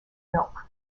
milk